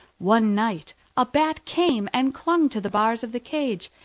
one night a bat came and clung to the bars of the cage,